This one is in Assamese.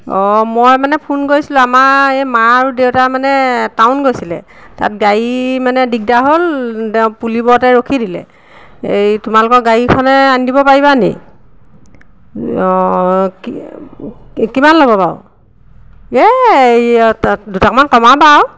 অঁ মই মানে ফোন কৰিছিলোঁ আমাৰ এই মা আৰু দেউতা মানে টাউন গৈছিলে তাত গাড়ী মানে দিগদাৰ হ'ল দেউ পুলিবৰতে ৰখি দিলে এই তোমালোকৰ গাড়ীখনে আনি দিব পাৰিবা নেকি অঁ কিমান ল'বা বাৰু এই তাত দুটাকামান কমাবা আৰু